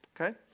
Okay